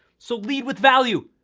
so, lead with value!